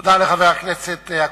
תודה לחבר הכנסת אקוניס.